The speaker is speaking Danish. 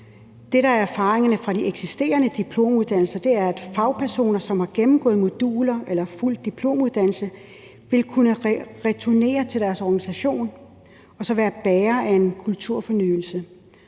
erfaringerne fra de eksisterende diplomuddannelser, er, at fagpersoner, som har gennemgået moduler eller fulgt diplomuddannelse, vil kunne returnere til deres organisation og så være bærer af en kulturfornyelse